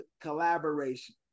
Collaboration